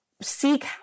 seek